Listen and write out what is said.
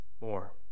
more